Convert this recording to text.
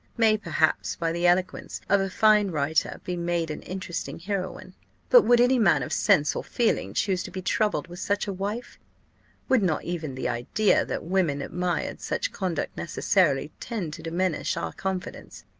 may perhaps, by the eloquence of a fine writer, be made an interesting heroine but would any man of sense or feeling choose to be troubled with such a wife would not even the idea that women admired such conduct necessarily tend to diminish our confidence,